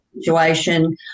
situation